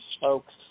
folks